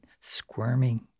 squirming